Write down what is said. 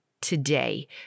today